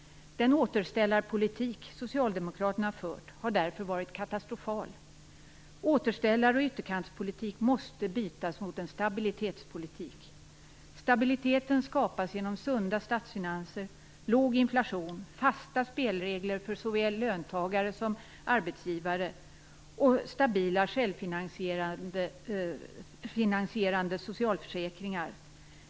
Den återställarpolitik som Socialdemokraterna fört har därför varit katastrofal. Återställare och ytterkantspolitik måste bytas ut mot en stabilitetspolitik. Stabilitet skapas genom sunda statsfinanser, låg inflation, fasta spelregler för såväl löntagare som arbetsgivare samt stabila självfinansierande socialförsäkringar.